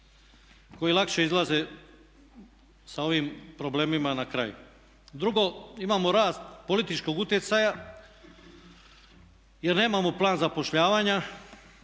koji lakše izlaze sa ovim problemima na kraj. Drugo, imamo rast političkog utjecaja jer nemamo plan zapošljavanja